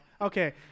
Okay